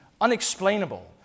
unexplainable